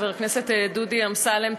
חבר הכנסת דודי אמסלם,